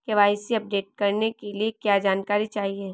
KYC update करने के लिए क्या जानकारी चाहिए?